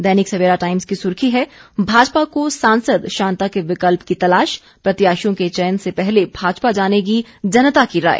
दैनिक Savera Times की सुर्खी है भाजपा को सांसद शांता के विकल्प की तलाश प्रत्याशियों के चयन से पहले भाजपा जानेगी जनता की राय